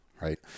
right